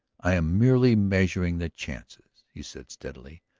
i am merely measuring the chances, he said steadily.